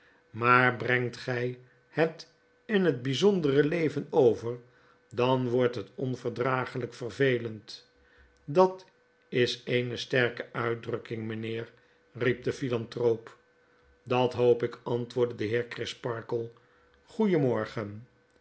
maar brengt gij het in het byzondere leven over dan wordt het onverdragelijk vervelend dat is eene sterke uitdrukking mynheer riep de philanthroop dat hoop ik antwoordde de heer crisparkle goedenmorgen